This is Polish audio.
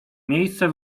miejsce